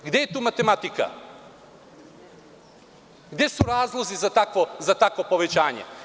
Gde je tu matematika, gde su razlozi za takvo povećanje?